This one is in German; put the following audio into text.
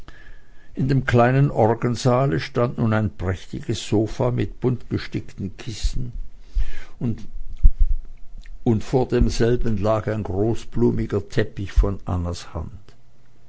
in dem kleinen orgelsaale stand nun ein prächtiges sofa mit buntgestickten kissen und vor demselben lag ein großblumiger teppich von annas hand